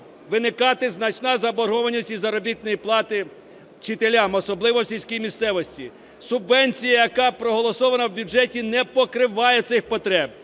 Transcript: виникати значна заборгованість із заробітної плати вчителям, особливо в сільській місцевості. Субвенція, яка проголосована в бюджеті, не покриває цих потреб.